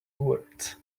words